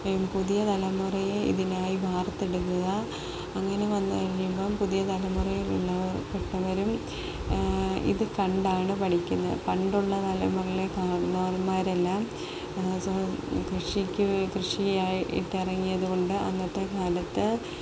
പുതിയ തലമുറയെ ഇതിനായി വാർത്തെടക്കുക അങ്ങനെ വന്നുകഴിയുമ്പോള് പുതിയ തലമുറയില് പ്പെട്ടവരും ഇത് കണ്ടാണ് പഠിക്കുന്നത് പണ്ടുള്ള തലമുറയിലെ കാരണവന്മാരെല്ലാം കൃഷിയായിട്ടിറങ്ങിയതുകൊണ്ട് അന്നത്തെക്കാലത്ത്